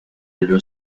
dello